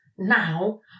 Now